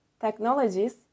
technologies